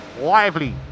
Lively